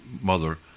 mother